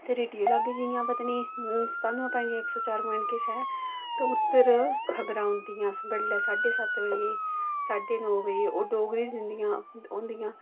जित्थै रेडियो लाह्गे जि'यां पता निं सतानवें जां इक्क सौ चार प्वाइंट पता निं किश ऐ ते उद्धर खबरां औंदियां बड्डलै साढऽ सत्त बज्जे साढऽ नौ बजे ओह् डोगरी दियां होंदियां